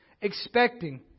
expecting